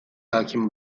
hakim